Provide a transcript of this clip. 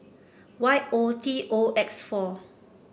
Y O T O X four